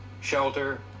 shelter